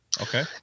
Okay